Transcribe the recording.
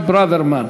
חבר הכנסת דוד רותם,